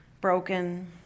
broken